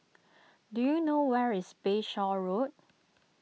do you know where is Bayshore Road